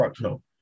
no